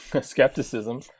skepticism